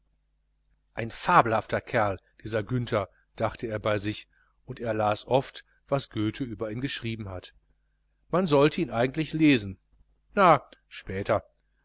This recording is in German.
ein fabelhafter kerl dieser günther dachte er bei sich und er las oft was goethe über ihn geschrieben hat man sollte ihn eigentlich lesen na später